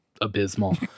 abysmal